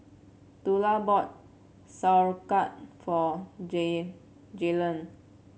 Tula bought Sauerkraut for Jaylan